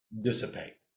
dissipate